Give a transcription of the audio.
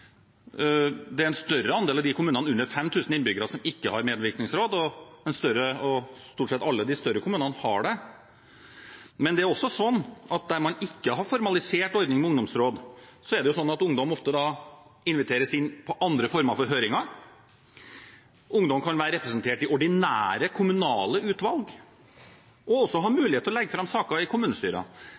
er en større andel av kommunene under 5 000 innbyggere som ikke har medvirkningsråd, og stort sett alle de større kommunene har det. Men der man ikke har formalisert ordning med ungdomsråd, er det slik at ungdom ofte inviteres inn på andre former for høringer. Ungdom kan være representert i ordinære kommunale utvalg og også ha mulighet til å legge fram saker i